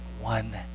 one